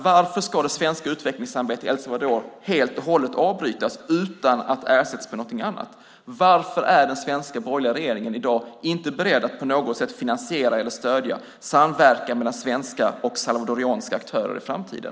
Varför ska det svenska utvecklingssamarbetet i El Salvador helt och hållet avbrytas utan att det ersätts med någonting annat? Varför är den svenska borgerliga regeringen i dag inte beredd att på något sätt finansiera eller stödja samverkan mellan svenska och salvadoranska aktörer i framtiden?